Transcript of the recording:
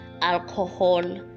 alcohol